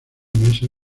mesa